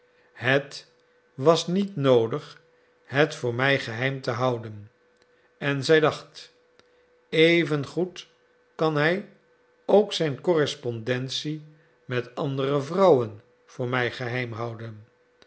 het was niet noodig het voor mij geheim te houden en zij dacht evengoed kan hij ook zijn correspondentie met andere vrouwen voor mij geheim houden